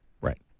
Right